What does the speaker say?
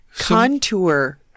contour